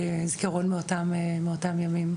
זיכרון מאותם ימים.